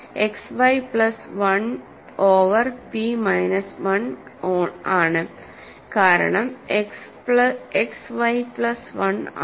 X Y plus 1 over P minus 1 ആണ് കാരണം X yപ്ലസ് 1ആണ്